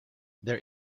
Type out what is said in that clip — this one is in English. there